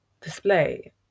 display